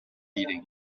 eating